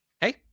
hey